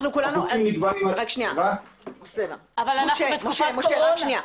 אבל אנחנו בתקופת קורונה.